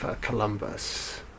Columbus